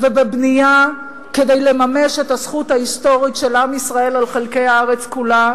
ובבנייה כדי לממש את הזכות ההיסטורית של עם ישראל על חלקי הארץ כולה,